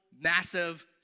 massive